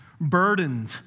burdened